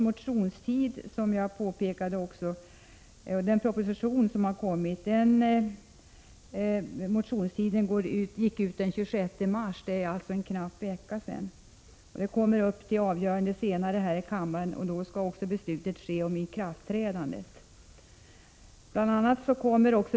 Motionstiden för propositionen om följdlagstiftning gick ut den 26 mars, för en vecka sedan, och ärendet skall avgöras i kammaren, då beslut också skall fattas om ikraftträdande.